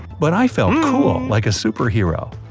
but i felt cool, like a superhero.